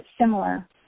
similar